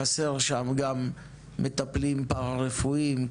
חסר שם גם מטפלים פארה רפואיים,